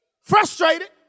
Frustrated